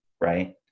right